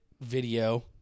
video